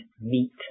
meat